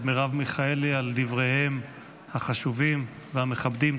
מרב מיכאלי על דבריהם החשובים והמכבדים.